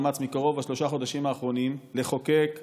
ובשלושה חודשים האחרונים אני מכיר מקרוב את המאמץ לחוקק ולדון,